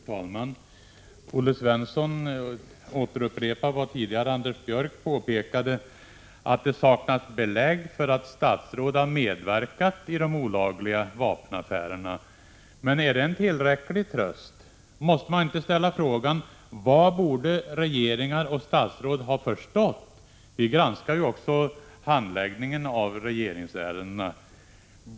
Fru talman! Olle Svensson upprepar vad Anders Björck tidigare anförde, nämligen att det saknas belägg för att statsråd har medverkat i de olagliga vapenaffärerna. Men är det en tillräcklig tröst? Måste man inte ställa frågan: Vad borde regeringar och statsråd ha förstått? Vi granskar ju också handläggningen av regeringsärendena.